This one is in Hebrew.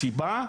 הסיבה?